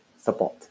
Support